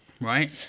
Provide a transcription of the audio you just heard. right